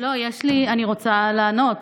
אני רוצה לענות.